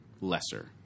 lesser